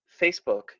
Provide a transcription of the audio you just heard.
Facebook